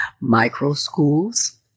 micro-schools